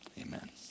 amen